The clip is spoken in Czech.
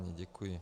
Děkuji.